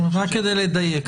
רק כדי לדייק.